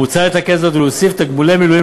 מוצע לתקן זאת ולהוסיף תגמולי מילואים